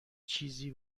چیزی